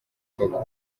koko